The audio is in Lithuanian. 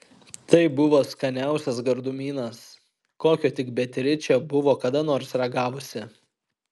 tai buvo skaniausias gardumynas kokio tik beatričė buvo kada nors ragavusi